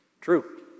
True